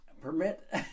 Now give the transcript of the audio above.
Permit